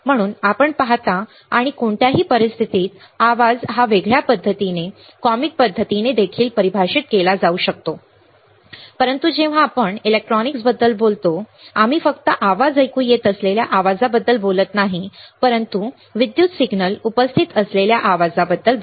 म्हणून आपण पाहता आणि कोणत्याही परिस्थितीत आवाज हा वेगळ्या पद्धतीने कॉमिक पद्धतीने देखील परिभाषित केला जाऊ शकतो परंतु जेव्हा आपण इलेक्ट्रॉनिक्सबद्दल बोलतो आम्ही फक्त ऐकू येत असलेल्या आवाजाबद्दल बोलत नाही परंतु विद्युत सिग्नल उपस्थित असलेल्या आवाजाबद्दल